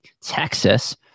Texas